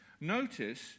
notice